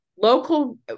Local